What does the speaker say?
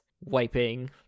wiping